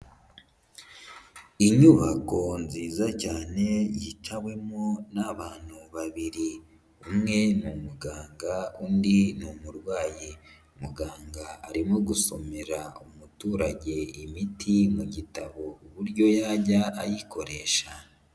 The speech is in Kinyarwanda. Inyubako nziza cyane yitawemo n'abantu babiri. Umwe ni umuganga, undi ni umurwayi. Muganga arimo gusomera umuturage imiti mu gitabo uburyo yajya ayikoresha.